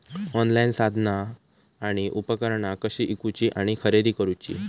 Online साधना आणि उपकरणा कशी ईकूची आणि खरेदी करुची?